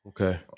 Okay